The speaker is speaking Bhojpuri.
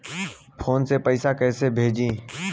फोन से पैसा कैसे भेजी?